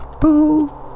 Boo